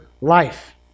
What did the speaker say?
life